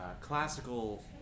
classical